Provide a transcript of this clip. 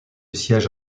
siège